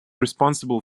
responsible